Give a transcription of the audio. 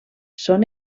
són